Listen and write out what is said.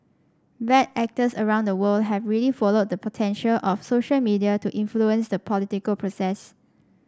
bad actors around the world have really followed the potential of social media to influence the political process